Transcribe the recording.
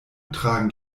tragen